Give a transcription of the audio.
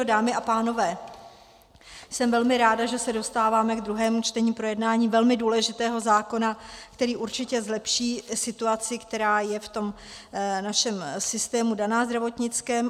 Dámy a pánové, jsem velmi ráda, že se dostáváme k druhému čtení, projednání velmi důležitého zákona, který určitě zlepší situaci, která je v tom našem systému daná zdravotnickém.